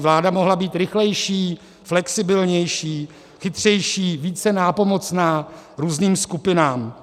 Vláda mohla být rychlejší, flexibilnější, chytřejší, více nápomocná různým skupinám.